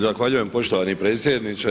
Zahvaljujem poštovani predsjedniče.